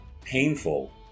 painful